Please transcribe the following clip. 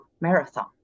marathon